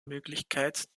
möglichkeit